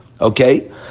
okay